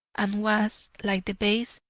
and was, like the beys',